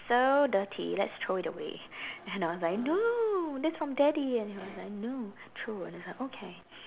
so dirty let's throw it away and I was like no that's from daddy and she was like no throw and I was like okay